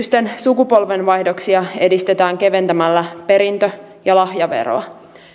sukupolvenvaihdoksia edistetään keventämällä perintö ja lahjaveroa